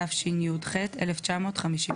התשי"ח-1958.